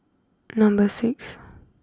number six